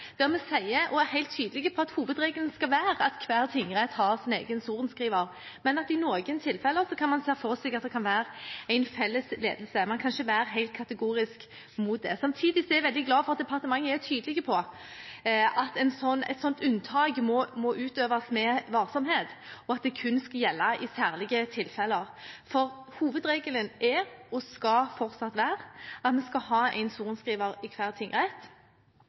er helt tydelige på at hovedregelen skal være at hver tingrett har sin egen sorenskriver, men at man i noen tilfeller kan se for seg at det kan være en felles ledelse. Man kan ikke være helt kategorisk imot det. Samtidig er jeg veldig glad for at departementet er tydelig på at et slikt unntak må utøves med varsomhet, og at det kun skal gjelde i særlige tilfeller. For hovedregelen er og skal fortsatt være at vi skal ha en sorenskriver i hver tingrett,